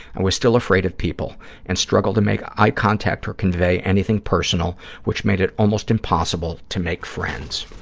i was still afraid of people and struggled to make eye contact or convey anything personal, which made it almost impossible to make friends.